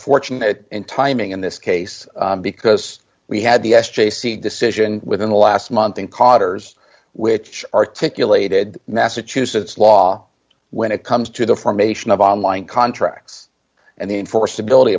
fortunate in timing in this case because we had the s j c decision within the last month in cotter's which articulated the massachusetts law when it comes to the formation of online contracts and the enforceability